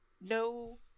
no